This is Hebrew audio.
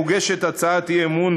מוגשת הצעת אי-אמון,